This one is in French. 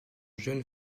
jeune